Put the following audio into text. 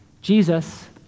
Jesus